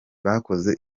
bakoze